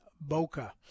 Boca